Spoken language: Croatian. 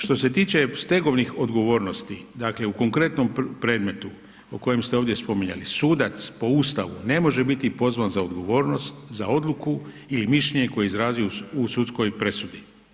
Što se tiče stegovnih odgovornosti, dakle u konkretnom predmetu o kojem ste ovdje spominjali, sudac po ustavu, ne može biti pozvan za odgovornost, za odluku ili mišljenje koje je izrazio u sudskoj presudi.